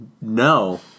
no